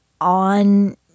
on